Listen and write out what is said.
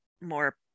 more